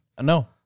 no